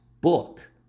book